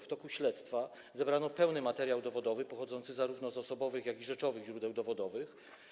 W toku śledztwa zebrano pełny materiał dowodowy pochodzący zarówno z osobowych, jak i rzeczowych źródeł dowodowych.